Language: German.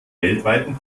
weltweiten